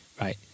right